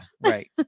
right